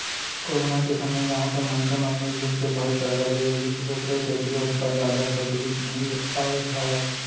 corona के समे गाँव के मनसे मन मिलजुल के भाईचारा ले रिहिस ओखरे सेती ओतका जादा तकलीफ नइ पाय हावय